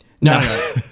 No